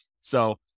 So-